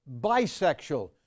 bisexual